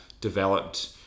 developed